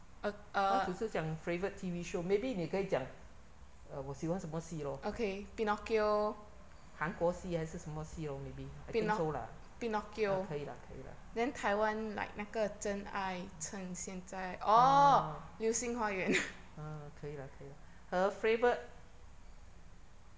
它只是讲 favourite T_V show maybe 你可以讲 uh 我喜欢什么戏 lor 韩国戏还是什么戏 lor maybe I think so lah 啊可以啦可以啦啊可以啦可以啦 her favourite